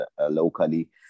locally